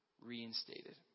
reinstated